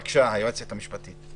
בבקשה, היועצת המשפטית.